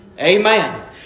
Amen